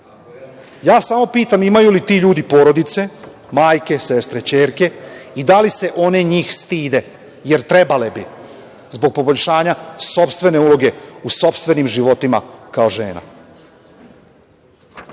samo pitam - imaju li ti ljudi porodice, majke, sestre, ćerke i da li se one njih stide? Jer, trebale bi, zbog poboljšanja sopstvene uloge u sopstvenim životima kao